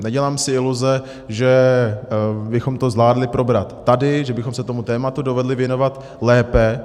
Nedělám si iluze, že bychom to zvládli probrat tady, že bychom se tomuto tématu dovedli věnovat lépe.